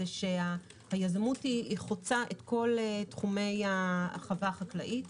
שהיזמות חוצה את כל תחומי החווה החקלאית,